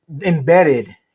embedded